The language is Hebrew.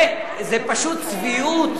זה פשוט צביעות